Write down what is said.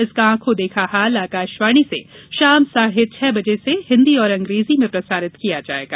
इसका आंखों देखा हाल आकाशवाणी से शाम साढ़े छह बजे से हिन्दी और अंग्रेजी में प्रसारित किया जाएगा